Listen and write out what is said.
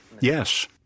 Yes